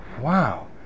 wow